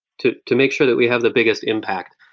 to to make sure that we have the biggest impact,